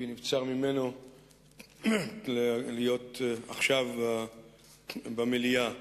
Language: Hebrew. כי נבצר ממנו להיות עכשיו במליאה.